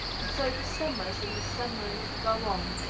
and so the summers and the summerings go on,